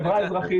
חברה אזרחית.